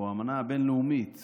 האמנה הבין-לאומית